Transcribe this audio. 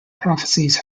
prophecies